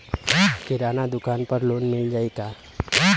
किराना दुकान पर लोन मिल जाई का?